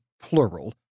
plural